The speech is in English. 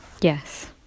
Yes